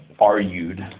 argued